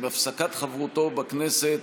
עם הפסקת חברותו בכנסת